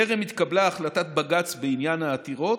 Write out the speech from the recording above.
טרם התקבלה החלטת בג"ץ בעניין העתירות.